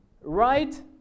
right